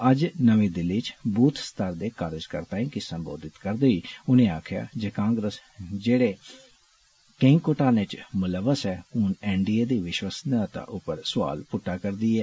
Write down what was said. अज्ज नमीं दिल्ली च बूथ स्तर दे कार्जकर्ताएं गी सम्बोधित करदे होई उनें आक्खेआ जे कांग्रेस जेह्उे कोई घोटाले च मुलवस ऐ हून एन डी ए दी विष्वनियता पर सुआल पुट्टे करदी ऐ